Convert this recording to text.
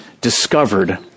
discovered